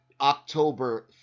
October